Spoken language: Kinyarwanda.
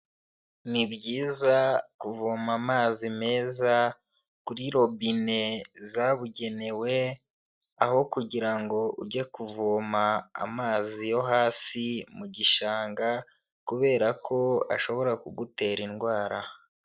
Ni byiza kuvoma amazi meza kuri robine zabugenewe, aho kugira ngo ujye kuvoma amazi yo hasi mu gishanga kubera ko ashobora kugutera indwara.